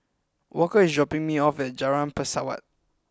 Walker is dropping me off at Jalan Pesawat